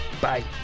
bye